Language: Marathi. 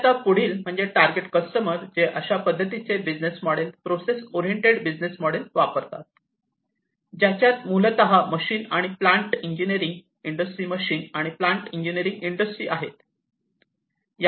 आणि आता पुढील म्हणजे टारगेट कस्टमर जे अशा पद्धतीचे business model process oriented business model वापरतात ज्याच्यात मूलतः मशीन आणि प्लान्ट इंजिनिअरिंग इंडस्ट्री मशीन आणि प्लान्ट इंजिनिअरिंग इंडस्ट्री आहे